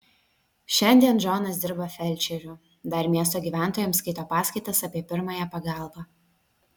šiandien džonas dirba felčeriu dar miesto gyventojams skaito paskaitas apie pirmąją pagalbą